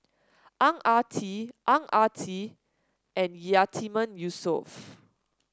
Ang Ah Tee Ang Ah Tee and Yatiman Yusof